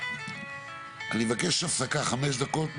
אני מבקש הפסקה חמש דקות.